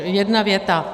Jedna věta.